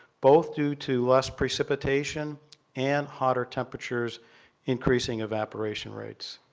both due to less precipitation and hotter temperatures increasing evaporation rates.